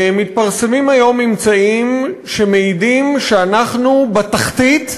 מתפרסמים היום ממצאים שמעידים שאנחנו בתחתית,